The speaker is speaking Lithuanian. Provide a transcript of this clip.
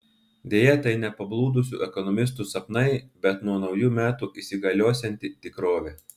deja tai ne pablūdusių ekonomistų sapnai bet nuo naujų metų įsigaliosianti tikrovė